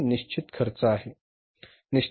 तर तो निश्चित खर्च आहे